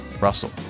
Russell